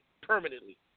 permanently